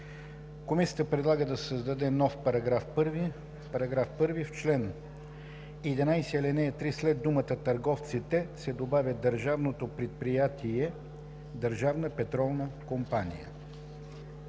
Комисията предлага да се създаде нов § 1: „§ 1. В чл. 11, ал. 3 след думата „Търговците“ се добавя „Държавното предприятие „Държавна петролна компания“.“